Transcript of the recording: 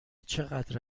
چقدر